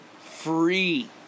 free